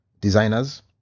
designers